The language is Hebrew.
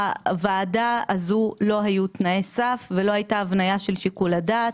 לוועדה הזו לא היו תנאי סף ולא הייתה הבנייה של שיקול הדעת.